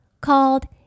called